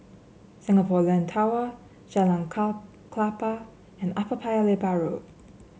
Singapore Land Tower Jalan Klapa and Upper Paya Lebar Road